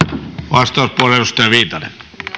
arvoisa puhemies